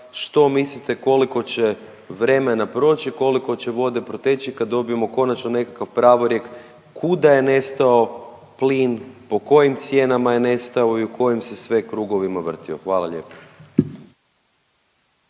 što mislite koliko će vremena proći, koliko će vode proteći kad dobijemo konačno nekakav pravorijek kuda je nestao plin, po kojim cijenama je nestao i u kojim se sve krugovima vrtio. Hvala lijepa.